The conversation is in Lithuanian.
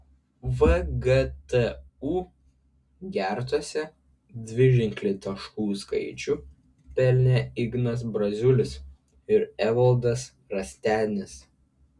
vgtu gertose dviženklį taškų skaičių pelnė ignas braziulis ir evaldas rastenis